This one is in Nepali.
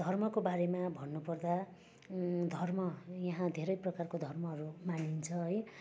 धर्मको बारेमा भन्नुपर्दा धर्म यहाँ धेरै प्रकारको धर्महरू मानिन्छ है